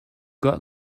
got